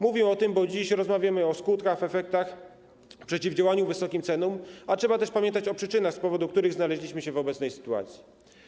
Mówię o tym, bo dziś rozmawiamy o skutkach, efektach, o przeciwdziałaniu wysokim cenom, a trzeba też pamiętać o przyczynach, z powodu których znaleźliśmy się w obecnej sytuacji.